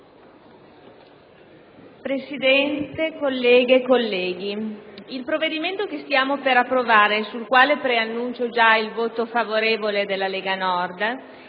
Presidente, colleghe e colleghi, il provvedimento che stiamo per approvare e sul quale preannuncio il voto favorevole della Lega Nord